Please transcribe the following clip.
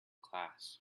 class